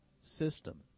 system